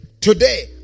today